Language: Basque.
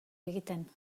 egiten